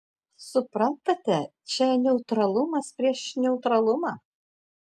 suprantate čia neutralumas prieš neutralumą